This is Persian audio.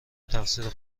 تقصیر